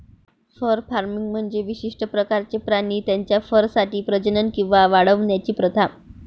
fur farming म्हणजे विशिष्ट प्रकारचे प्राणी त्यांच्या फरसाठी प्रजनन किंवा वाढवण्याची प्रथा